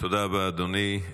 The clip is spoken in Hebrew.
תודה רבה, אדוני.